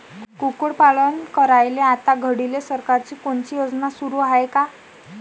कुक्कुटपालन करायले आता घडीले सरकारची कोनची योजना सुरू हाये का?